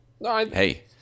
hey